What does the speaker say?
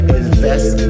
invest